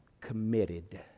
committed